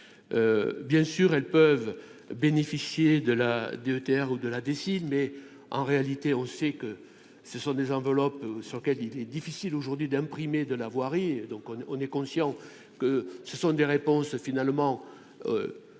bien sûr, elles peuvent bénéficier de la DETR ou de la décident, mais en réalité, on sait que ce sont des enveloppes sur lequel il est difficile aujourd'hui d'imprimer de la voirie et donc on est, on est conscient que ce sont des réponses finalement point